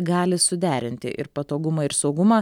gali suderinti ir patogumą ir saugumą